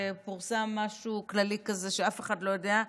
ופורסם משהו כללי כזה שאף אחד לא יודע,